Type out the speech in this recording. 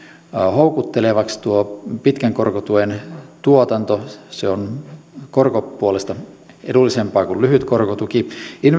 houkuttelevaksi tuo pitkän korkotuen tuotanto se on koron puolesta edullisempaa kuin lyhyt korkotuki